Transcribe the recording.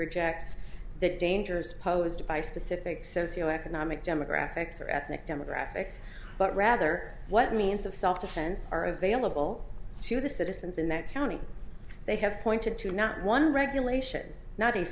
rejects the dangers posed by specific socioeconomic demographics or ethnic demographics but rather what means of self defense are available to the citizens in that county they have pointed to not one regulation not a